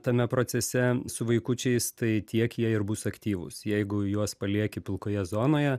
tame procese su vaikučiais tai tiek jie ir bus aktyvūs jeigu juos palieki pilkoje zonoje